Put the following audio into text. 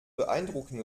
beeindrucken